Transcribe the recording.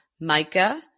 Micah